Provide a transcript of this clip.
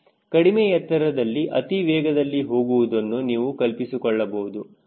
ಕಡಿಮೆ ಎತ್ತರದಲ್ಲಿ ಅತಿ ವೇಗದಲ್ಲಿ ಹೋಗುವುದನ್ನು ನೀವು ಕಲ್ಪಿಸಿಕೊಳ್ಳಬಹುದು